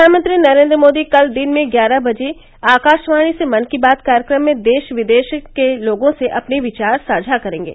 प्रधानमंत्री नरेन्द्र मोदी कल दिन में ग्यारह बजे आकाशवाणी से मन की बात कार्यक्रम में देश विदेशों के लोगों से अपने विचार साझा करेंगे